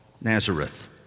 Nazareth